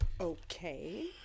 Okay